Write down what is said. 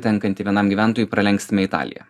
tenkantį vienam gyventojui pralenksime italiją